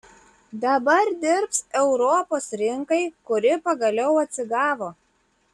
dabar dirbs europos rinkai kuri pagaliau atsigavo